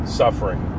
suffering